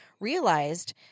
realized